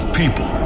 people